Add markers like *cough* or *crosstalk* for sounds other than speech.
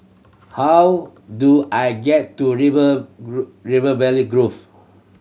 how do I get to River *unintelligible* River Valley Grove